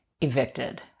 evicted